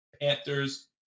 Panthers